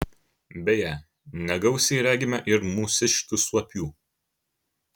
beje negausiai regime ir mūsiškių suopių